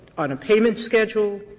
on a payment schedule,